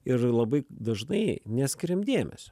ir labai dažnai neskiriam dėmesio